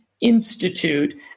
Institute